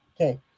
Okay